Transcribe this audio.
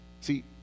See